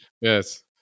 Yes